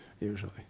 usually